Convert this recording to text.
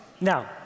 Now